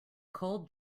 cold